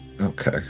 Okay